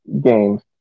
games